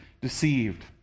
deceived